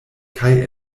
kaj